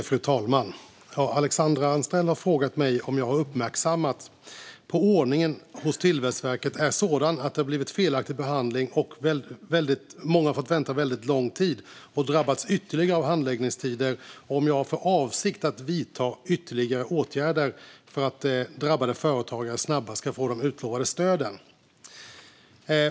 Fru talman! har frågat mig om jag har uppmärksammats på att ordningen hos Tillväxtverket är sådan att de som blivit felaktigt behandlade och väntat väldigt lång tid nu också drabbas av ytterligare handläggningstider, och om jag har för avsikt att vidta några åtgärder för att drabbade företagare snabbare kan få de utlovade stöden.